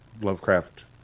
Lovecraft